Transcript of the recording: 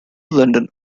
london